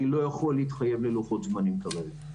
אני לא יכול להתחייב ללוחות זמנים כרגע.